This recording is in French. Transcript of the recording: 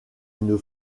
une